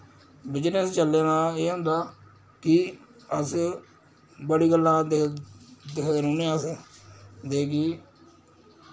business चलना एह् होंदा कि अस बड़ी गल्ला दि दिखदे रोह्ने अस दे कि